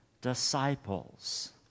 disciples